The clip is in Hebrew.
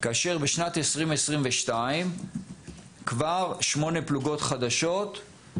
כאשר בשנת 2022 שמונה פלוגות חדשות,